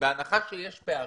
בהנחה שיש פערים,